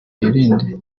yirinde